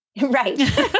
Right